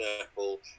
apple